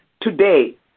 Today